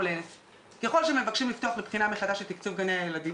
גם שם הילד לא מקבל בצורה שווה תקצוב מהמדינה.